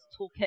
toolkit